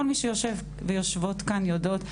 כל מי שיושב ויושבות כאן יודעות,